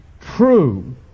True